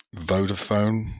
Vodafone